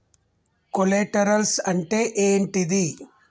Collaterals అంటే ఏంటిది?